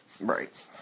Right